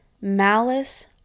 malice